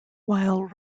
while